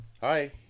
Hi